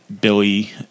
Billy